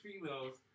females